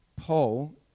Paul